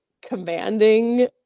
commanding